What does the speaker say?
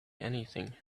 anything